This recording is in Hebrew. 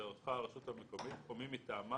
שערכה הרשות המקומית או מי מטעמה